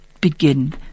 begin